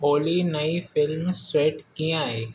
ओली नई फिल्म स्वैट कीअं आहे